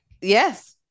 Yes